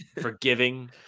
forgiving